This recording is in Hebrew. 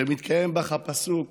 שמתקיים בך הפסוק